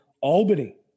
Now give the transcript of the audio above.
Albany